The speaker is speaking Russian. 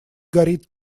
горит